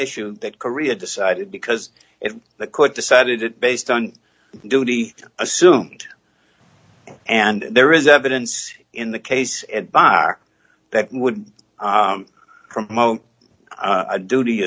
issue that korea decided because if the court decided it based on duty assumed and there is evidence in the case and by that would promote a duty